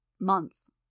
Months